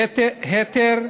היתר,